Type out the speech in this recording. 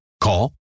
Call